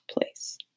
place